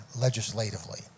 legislatively